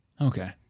okay